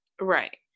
Right